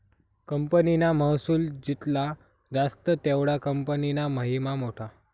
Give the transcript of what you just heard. कंपनीना महसुल जित्ला जास्त तेवढा कंपनीना महिमा मोठा